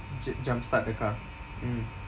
ju~ jump start the car mm